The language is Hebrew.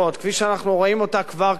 כפי שאנחנו רואים אותה כבר כעת,